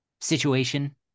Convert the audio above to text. situation